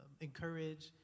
encourage